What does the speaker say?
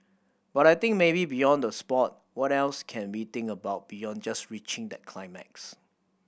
but I think maybe beyond the sport what else can we think about beyond just reaching that climax